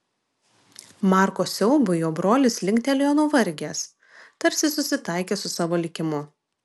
marko siaubui jo brolis linktelėjo nuvargęs tarsi susitaikęs su savo likimu